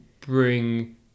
bring